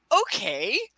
okay